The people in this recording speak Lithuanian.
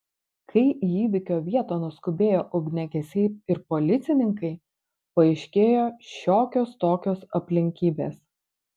kai į įvykio vietą nuskubėjo ugniagesiai ir policininkai paaiškėjo šiokios tokios aplinkybės